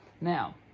Now